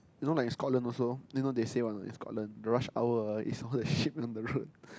you know like in Scotland also then you know they say what a not in Scotland the rush hour ah is all the sheep on the road